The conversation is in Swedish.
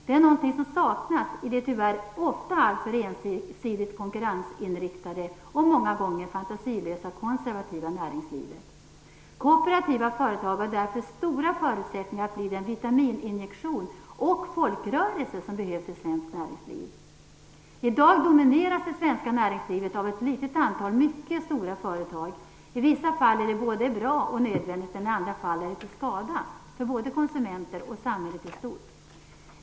Det är något som saknas i det tyvärr ofta alltför ensidigt konkurrensinriktade, och många gånger fantasilösa, konservativa näringslivet. Kooperativa företag har därför stora förutsättningar att bli den vitamininjektion - och folkrörelse - som behövs i svenskt näringsliv. I dag domineras det svenska näringslivet av ett litet antal mycket stora företag. I vissa fall är det både bra och nödvändigt, men i andra fall är det till skada för både konsumenter och samhället i stort.